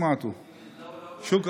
אבל לא שמעתי.) שוכרן.